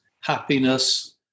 happiness